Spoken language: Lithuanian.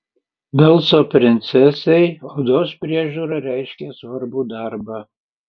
velso princesei odos priežiūra reiškė svarbų darbą